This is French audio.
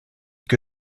que